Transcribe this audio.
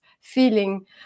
feeling